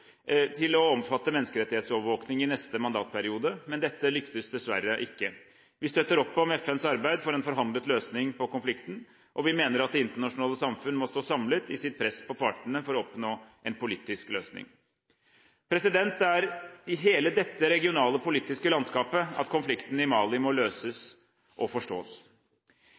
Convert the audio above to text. til å omfatte menneskerettighetsovervåking i neste mandatperiode, men dette lyktes dessverre ikke. Vi støtter opp om FNs arbeid for en forhandlet løsning på konflikten, og vi mener at det internasjonale samfunn må stå samlet i sitt press på partene for å oppnå en politisk løsning. Det er i hele dette regionale politiske landskapet at konflikten i Mali må løses – og